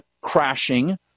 crashing